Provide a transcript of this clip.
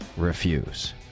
refuse